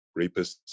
rapists